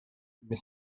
mais